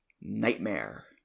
Nightmare